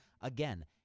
Again